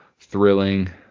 thrilling